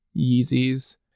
Yeezys